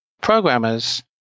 programmers